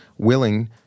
willing